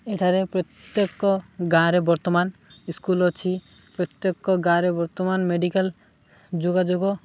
ଏଠାରେ ପ୍ରତ୍ୟେକ ଗାଁରେ ବର୍ତ୍ତମାନ ସ୍କୁଲ ଅଛି ପ୍ରତ୍ୟେକ ଗାଁରେ ବର୍ତ୍ତମାନ ମେଡ଼ିକାଲ ଯୋଗାଯୋଗ